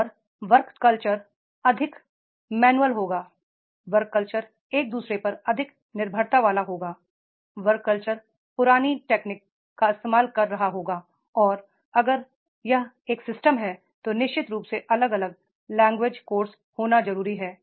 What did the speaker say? और work culture अधिक manual होगा वर्क कल्चर एक दू सरे पर अधिक निर्भरता वाला होगा वर्क कल्चर पुरानी टेक्निक का इस्तेमाल कर रहा होगा और अगर यह एक सिस्टम है तो निश्चित रूप से अलग अलग लैंग्वेज कोर्स होना जरूरी है